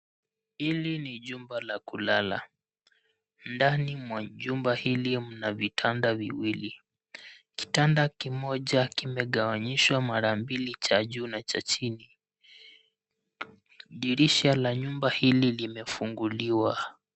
Hili ni jumba la kulala. Ndani mwa jumba hili mna vitanda viwili. kitanda kimoja kimegawanyishwa mara mbili cha juu na cha chini. Dirisha la nyumba hili limefunguliwa.